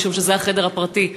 משום שזה החדר הפרטי.